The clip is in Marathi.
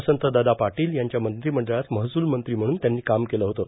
वसंतदादा पाटील यांच्या मंत्रिमंडळात महसूल मंत्री म्हणून त्यांनी काम केलं होतं